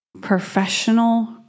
professional